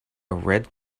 red